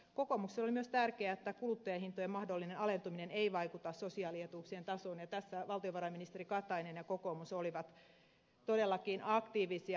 kokoomukselle oli myös tärkeää että kuluttajahintojen mahdollinen alentuminen ei vaikuta sosiaalietuuksien tasoon ja tässä valtiovarainministeri katainen ja kokoomus olivat todellakin aktiivisia